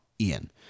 Ian